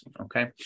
Okay